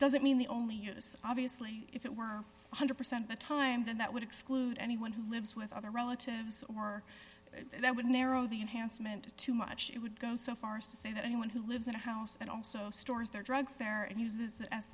does it mean the only use obviously if it were one hundred percent of the time then that would exclude anyone who lives with other relatives or that would narrow the enhancement too much it would go so far as to say that anyone who lives in a house and also stores their drugs there and uses that as